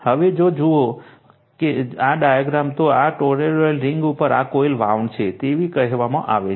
હવે જો જુઓ જો આ ડાયાગ્રામ જુઓ તો આ ટોરોઇડલ રિંગ ઉપર આ કોઇલ વાઉન્ડ છે તેવું કહેવામાં આવે છે